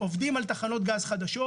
עובדים על תחנות גז חדשות,